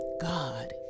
God